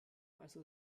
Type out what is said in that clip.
also